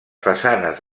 façanes